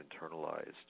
internalized